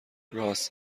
رآس